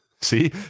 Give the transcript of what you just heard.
See